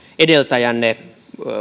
edeltäjissänne